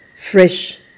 fresh